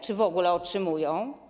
Czy w ogóle otrzymują?